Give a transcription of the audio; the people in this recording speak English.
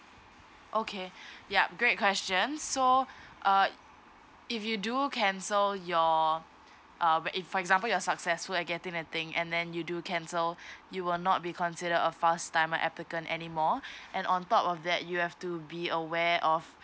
okay yup great question so uh if you do cancel your uh where if for example you're successful and getting a thing and then you do cancel you will not be consider a first timer applicant anymore and on top of that you have to be aware of